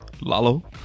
Lalo